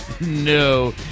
no